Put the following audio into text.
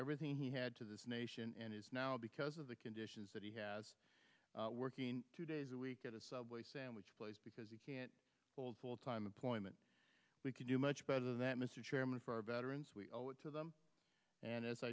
everything he had to this nation and is now because of the conditions that he has working two days a week at a subway sandwich place because he can't hold full time employment we can do much better that mr chairman for our veterans we owe it to them and as